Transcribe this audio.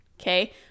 okay